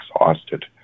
exhausted